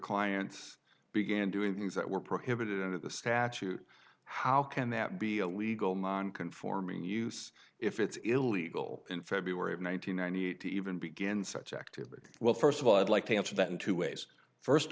clients began doing things that were prohibited under the statute how can that be a legal mine conforming use if it's illegal in february of one thousand nine hundred eighty even begin such activity well first of all i'd like to answer that in two ways first